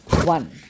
One